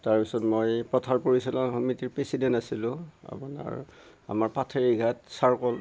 তাৰপিছত মই পথাৰ পৰিচালনা কমিটিৰ প্ৰেচিডেণ্ট আছিলোঁ আপোনাৰ আমাৰ পাঠেৰিঘাট চাৰ্কোল